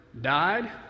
died